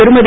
திருமதி